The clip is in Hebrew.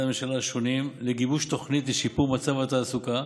הממשלה השונים לגיבוש תוכנית לשיפור מצב התעסוקה